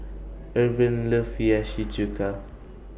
Ervin loves Hiyashi Chuka